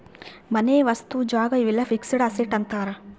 ಮನೆ ವಸ್ತು ಜಾಗ ಇವೆಲ್ಲ ಫಿಕ್ಸೆಡ್ ಅಸೆಟ್ ಅಂತಾರ